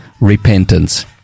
repentance